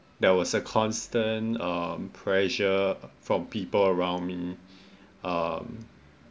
there was a constant um pressure from people around me um